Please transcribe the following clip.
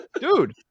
dude